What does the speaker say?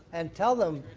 and tell them